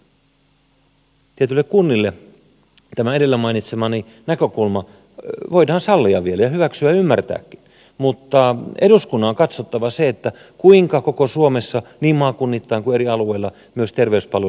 tietyille kunnille tämä edellä mainitsemani näkökulma voidaan sallia vielä ja hyväksyä ja ymmärtääkin mutta eduskunnan on katsottava se kuinka koko suomessa niin maakunnittain kuin eri alueilla myös terveyspalvelut pystytään järjestämään